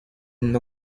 non